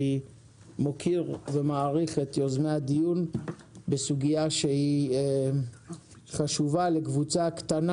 אני מוקיר ומעריך את יוזמי הדיון בסוגייה חשובה לקבוצה קטנה